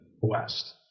West